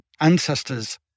ancestors